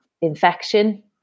infection